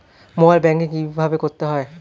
Mobile banking কীভাবে করতে হয়?